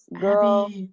Girl